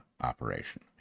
operation